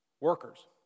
Workers